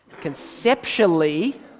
conceptually